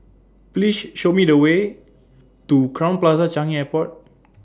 Please Show Me The Way to Crowne Plaza Changi Airport